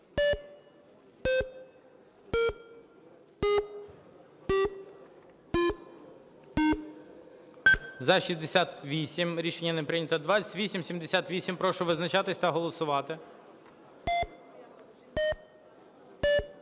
За-70 Рішення не прийнято. 2874, прошу визначатися та голосувати.